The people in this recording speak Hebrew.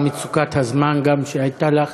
גם בגלל מצוקת הזמן שהייתה לך.